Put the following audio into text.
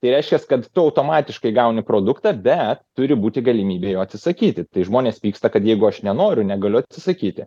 tai reiškias kad tu automatiškai gauni produktą bet turi būti galimybė jo atsisakyti tai žmonės pyksta kad jeigu aš nenoriu negaliu atsisakyti